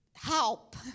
help